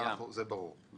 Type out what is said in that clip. זה ברור.